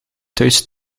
thuis